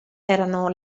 erano